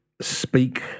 speak